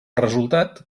resultat